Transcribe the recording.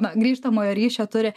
na grįžtamojo ryšio turi